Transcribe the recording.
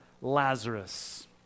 Lazarus